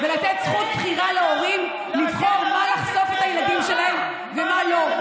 ולתת זכות בחירה להורים לבחור למה לחשוף את הילדים שלהם ולמה לא.